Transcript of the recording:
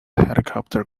helicopter